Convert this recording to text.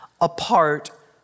apart